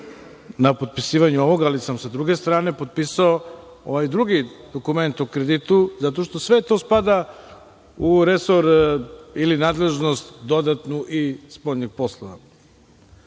na potpisivanju ovoga, ali sam sa druge strane potpisao ovaj drugi dokument o kreditu, jer sve to spada u resor ili nadležnost spoljnih poslova. Ko